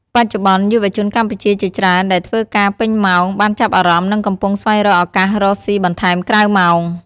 បច្ចុប្បន្ន យុវជនកម្ពុជាជាច្រើនដែលធ្វើការពេញម៉ោងបានចាប់អារម្មណ៍និងកំពុងស្វែងរកឱកាសរកស៊ីបន្ថែមក្រៅម៉ោង។